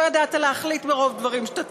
לא ידעת להחליט מרוב דברים שאתה צריך: